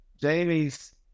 Jamie's